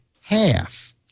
half